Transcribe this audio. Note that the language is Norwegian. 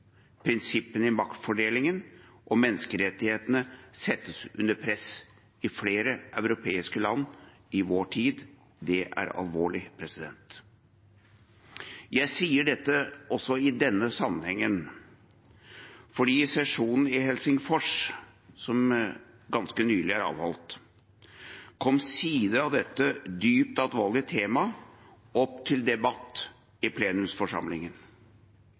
prinsippene i maktfordelingen og menneskerettighetene settes under press i flere europeiske land i vår tid. Det er alvorlig. Jeg sier dette også i denne sammenhengen fordi det under sesjonen i Helsingfors, som ganske nylig er avholdt, kom sider av dette dypt alvorlige temaet opp til debatt i plenumsforsamlingen.